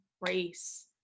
race